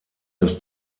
das